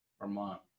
Vermont